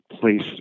place